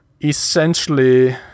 essentially